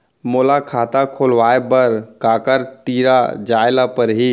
मोला खाता खोलवाय बर काखर तिरा जाय ल परही?